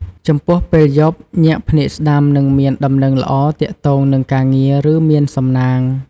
ចំពោះ ពេលយប់ ញាក់ភ្នែកស្តាំ នឹងមានដំណឹងល្អទាក់ទងនឹងការងារ ឬមានសំណាង។